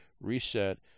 reset